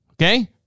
Okay